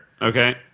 Okay